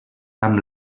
amb